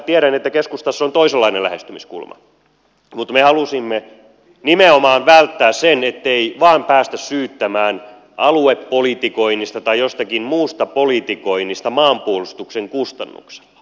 tiedän että keskustassa on toisenlainen lähestymiskulma mutta me halusimme nimenomaan välttää sen ettei vaan päästä syyttämään aluepolitikoinnista tai jostakin muusta politikoinnista maanpuolustuksen kustannuksia